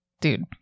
dude